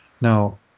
now